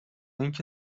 اینکه